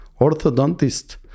orthodontist